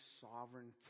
sovereign